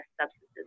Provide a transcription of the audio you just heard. substances